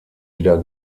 wieder